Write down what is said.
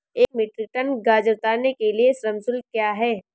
एक metric tonne गाजर उतारने के लिए श्रम शुल्क क्या है?